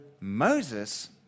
Moses